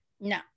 no